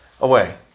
away